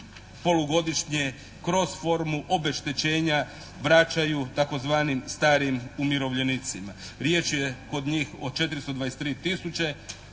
polugodišnje kroz formu obeštećenja vraćaju tzv. starim umirovljenicima. Riječ je kod njih o 423 tisuće